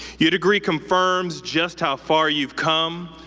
your degree confirms just how far you've come,